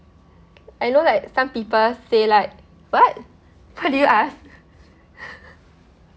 I know like some people say like what what did you ask